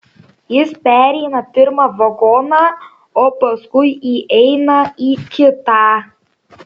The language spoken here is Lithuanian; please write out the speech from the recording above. jis pereina pirmą vagoną o paskui įeina į kitą